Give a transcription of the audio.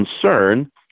concern